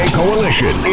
coalition